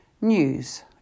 News